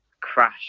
crash